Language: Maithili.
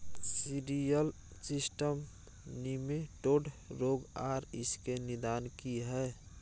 सिरियल सिस्टम निमेटोड रोग आर इसके निदान की हय?